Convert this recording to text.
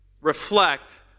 reflect